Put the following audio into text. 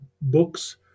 books